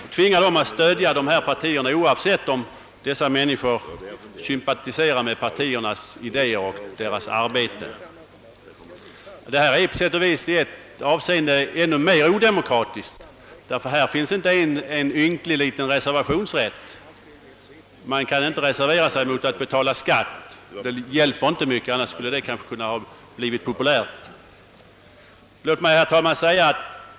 Man tvingar vederbörande att stödja de partierna, oavsett om han eller hon sympatiserar med partiernas idéer och arbete eller inte. Detta är i ett avseende ännu mera odemokratiskt än den fråga vi tidigare debatterade, ty här har man inte ens den ynkligaste reservationsrätt. Man kan ju inte reservera sig mot att betala skatt. Det hjälper inte mycket. I annat fall skulle det nog ha blivt populärt att göra det.